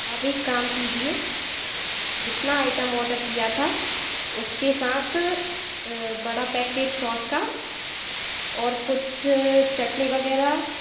आप एक काम कीजिए जितना आइटम ऑर्डर किया था उसके साथ बड़ा पैकेट सॉस का और कुछ चटनी वगैरह